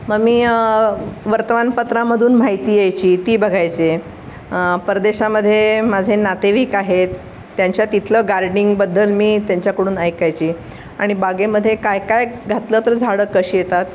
मग मी वर्तमानपत्रामधून माहिती यायची ती बघायचे परदेशामध्ये माझे नातेवाईक आहेत त्यांच्या तिथलं गार्डनिंगबद्दल मी त्यांच्याकडून ऐकायचे आणि बागेमध्ये काय काय घातलं तर झाडं कशी येतात